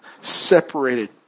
separated